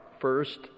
First